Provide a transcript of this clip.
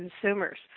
consumers